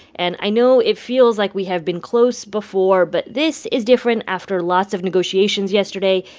and i know it feels like we have been close before, but this is different. after lots of negotiations yesterday,